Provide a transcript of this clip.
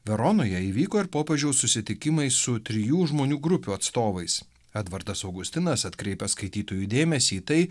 veronoje įvyko ir popiežiaus susitikimai su trijų žmonių grupių atstovais edvardas augustinas atkreipia skaitytojų dėmesį į tai